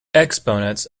exponents